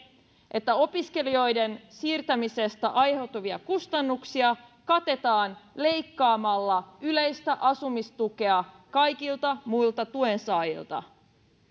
että opiskelijoiden siirtämisestä aiheutuvia kustannuksia katetaan leikkaamalla yleistä asumistukea kaikilta muilta tuensaajilta